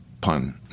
pun